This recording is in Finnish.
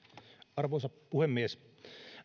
arvoisa puhemies